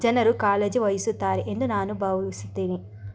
ಜನರು ಕಾಳಜಿ ವಹಿಸುತ್ತಾರೆ ಎಂದು ನಾನು ಭಾವಿಸುತ್ತೇನೆ